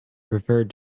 preferred